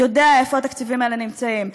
יודע איפה התקציבים האלה נמצאים.